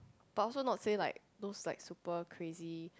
but also not say like those like super crazy